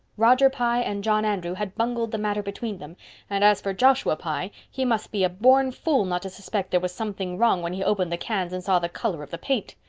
roger pye and john andrew had bungled the matter between them and as for joshua pye, he must be a born fool not to suspect there was something wrong when he opened the cans and saw the color of the paint.